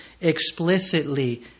explicitly